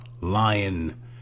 lion